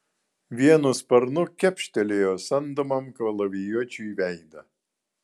vienu sparnu kepštelėjo samdomam kalavijuočiui veidą